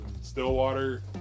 Stillwater